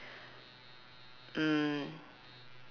mm